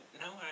no